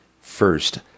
First